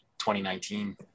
2019